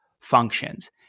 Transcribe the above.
functions